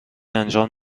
انجام